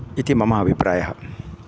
इति मम अभिप्रायः